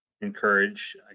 encourage